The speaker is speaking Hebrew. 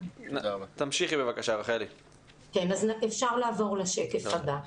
אפשר לעבור לשקף הבא.